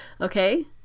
okay